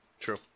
True